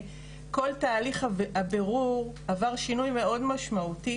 כל תהליך הבירור עבר שינוי מאוד משמעותי